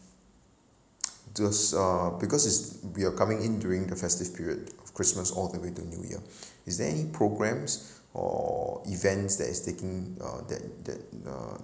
just uh because is we are coming in during the festive period christmas all the way to new year is there any programs or events that is taking uh that that uh